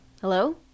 Hello